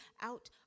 out